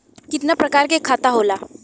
कितना प्रकार के खाता होला?